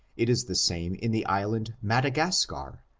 it is the same in the island mada gascar,